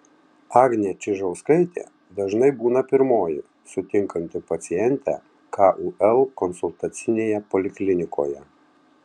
agnė čižauskaitė dažnai būna pirmoji sutinkanti pacientę kul konsultacinėje poliklinikoje